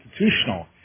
institutional